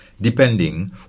depending